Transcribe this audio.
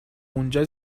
اونجا